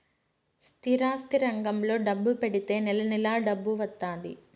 స్థిరాస్తి రంగంలో డబ్బు పెడితే నెల నెలా డబ్బు వత్తాది